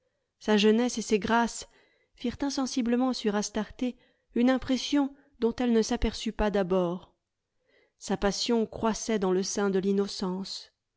sa jeunesse et ses grâces firent insensiblement sur astarté une impression dont elle ne s'aperçut pas d'abord sa passion croissait dans le sein de l'innocence